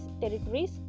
territories